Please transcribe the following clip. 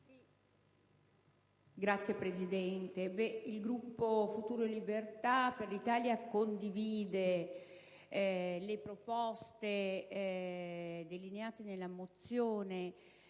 Signor Presidente, il Gruppo Futuro e Libertà per l'Italia condivide le proposte delineate nella mozione,